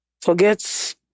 Forget